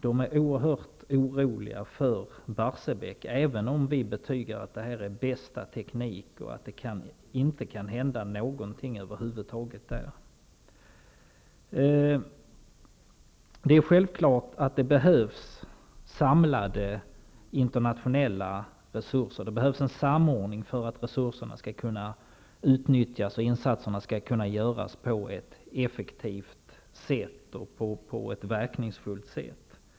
De är oerhört oroliga för Barsebäck, även om vi betygar att bästa teknik används och att ingenting över huvud taget kan hända där. Självfallet är det så att det behövs samlade nationella resurser. Det behövs en samordning för att resurserna skall kunna utnyttjas och insatserna skall kunna göras på ett effektivt och verkningsfullt sätt.